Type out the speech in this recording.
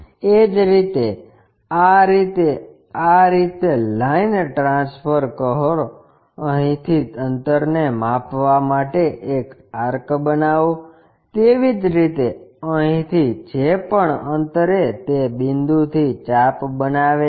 એ જ રીતે આ રીતે આ રીતે લાઈન ટ્રાન્સફર કરો અહીંથી અંતરને માપવા માટે એક આર્ક બનાવો તેવી જ રીતે અહીંથી જે પણ અંતરે તે બિંદુથી ચાપ બનાવે છે